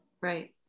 Right